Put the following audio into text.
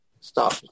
stop